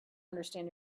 understand